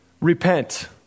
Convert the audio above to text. repent